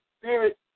spirit